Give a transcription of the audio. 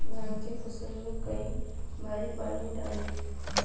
धान के फसल मे कई बारी पानी डाली?